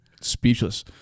speechless